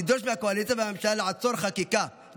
לדרוש מהקואליציה והממשלה לעצור חקיקה,